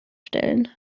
stellen